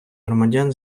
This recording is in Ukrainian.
громадян